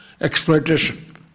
exploitation